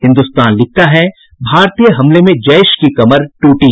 हिन्दुस्तान लिखता है भारतीय हमले से जैश की कमर टूटी